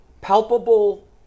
palpable